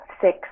six